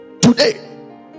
Today